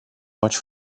much